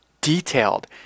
detailed